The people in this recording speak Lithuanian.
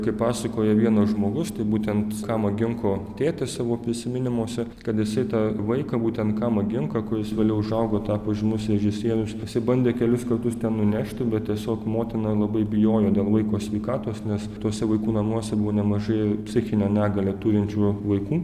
kaip pasakoja vienas žmogus tai būtent kama ginko tėtis savo prisiminimuose kad jisai tą vaiką būtent kamą ginką kuris vėliau užaugo tapo žymus režisierius jisai bandė kelis kartus ten nunešti bet tiesiog motina labai bijojo dėl vaiko sveikatos nes tuose vaikų namuose buvo nemažai psichinę negalią turinčių vaikų